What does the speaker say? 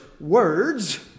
words